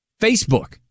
Facebook